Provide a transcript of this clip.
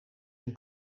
een